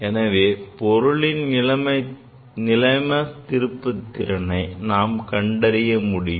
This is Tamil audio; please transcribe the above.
எனவே பொருளின் நிலைம திறனை நாம் கண்டறிய முடியும்